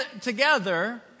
together